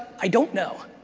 i don't know,